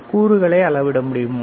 கூறுகளை அளவிட முடியுமா